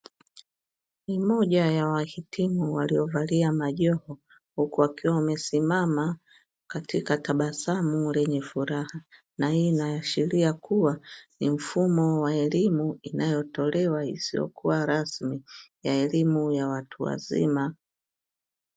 Ni moja ya wahitimu waliovalia majoho, huku wakiwa wamesimama katika tabasamu lenye furaha na hii inaashiria kuwa ni mfumo wa elimu inayotolewa isiyokuwa rasmi ya elimu ya watu wazima.